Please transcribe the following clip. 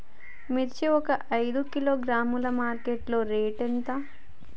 మిర్చి ఒక ఐదు కిలోగ్రాముల మార్కెట్ లో రేటు ఎంత?